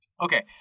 Okay